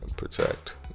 protect